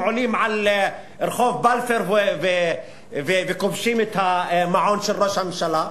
עולים על רחוב בלפור וכובשים את המעון של ראש הממשלה,